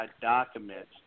documents